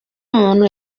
umuntu